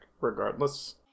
regardless